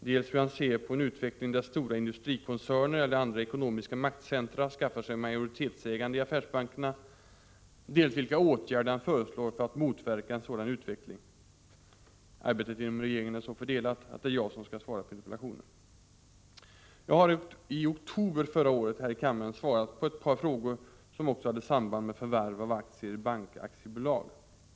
dels hur han ser på en utveckling där stora industrikoncerner eller andra ekonomiska maktcentra skaffar sig majoritetsägande i affärsbankerna, dels vilka åtgärder han föreslår för att motverka en sådan utveckling. Arbetet inom regeringen är så fördelat att det är jag som skall svara på interpellationen. Jag har i oktober förra året här i kammaren svarat på ett par frågor som också hade samband med förvärv av aktier i bankaktiebolag.